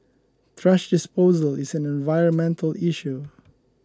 thrash disposal is an environmental issue